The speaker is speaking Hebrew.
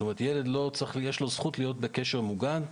לילד יש זכות להיות בקשר מוגן,